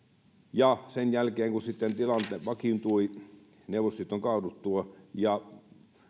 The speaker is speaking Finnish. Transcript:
sen jälkeen kun sitten tilanne vakiintui neuvostoliiton kaaduttua ja